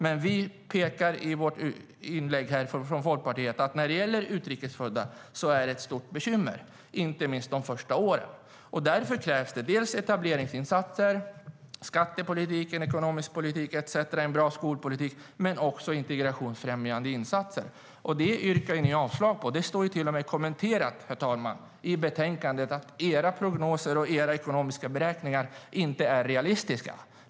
Men vi pekar i vårt inlägg från Folkpartiet på att det när det gäller utrikesfödda är ett stort bekymmer, inte minst under de första åren. Därför krävs det etableringsinsatser, skattepolitik, ekonomisk politik, en bra skolpolitik men också integrationsfrämjande insatser etcetera. Det yrkar ni avslag på. Det står till och med kommenterat, herr talman, i betänkandet att era prognoser och era ekonomiska beräkningar inte är realistiska.